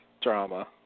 drama